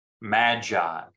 magi